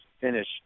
finish